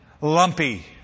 lumpy